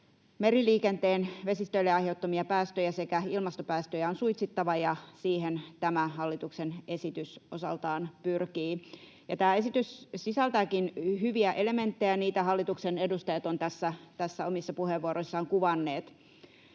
Meriliikenteen vesistöille aiheuttamia päästöjä sekä ilmastopäästöjä on suitsittava, ja siihen tämä hallituksen esitys osaltaan pyrkii. Tämä esitys sisältääkin hyviä elementtejä. Niitä hallituksen edustajat ovat tässä omissa puheenvuoroissaan kuvanneet.